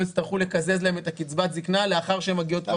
יצטרכו לקזז להן את קצבת הזקנה לאחר שהן מגיעות.